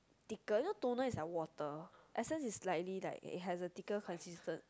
thicker you know toner is like water essence is slightly like it has thicker consistent